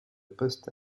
poste